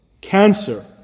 cancer